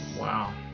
Wow